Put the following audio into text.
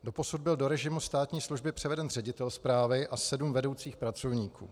Doposud byl do režimu státní služby převeden ředitel správy a sedm vedoucích pracovníků.